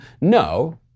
No